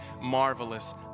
marvelous